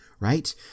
right